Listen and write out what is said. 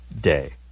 day